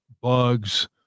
bugs